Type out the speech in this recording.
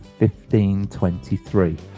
1523